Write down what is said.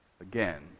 again